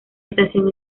estación